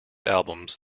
albums